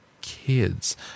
kids